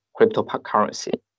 cryptocurrency